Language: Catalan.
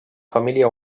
família